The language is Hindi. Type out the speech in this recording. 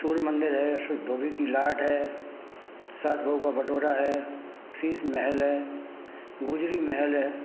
सूर्य मंदिर है धोबी की लाट है सास बहु का बटोरा है शीश महल है गुजरी महल है